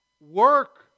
work